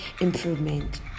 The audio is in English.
improvement